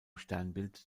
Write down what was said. sternbild